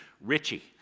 Richie